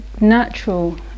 natural